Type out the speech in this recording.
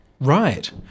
Right